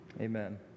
Amen